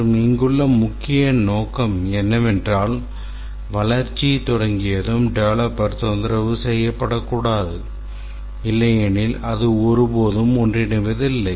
மற்றும் இங்குள்ள முக்கிய நோக்கம் என்னவென்றால் வளர்ச்சி தொடங்கியதும் டெவலப்பர் தொந்தரவு செய்யப்படகூடாது இல்லையெனில் அது ஒருபோதும் ஒன்றிணைவதில்லை